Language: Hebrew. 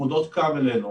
צמודות קו אלינו,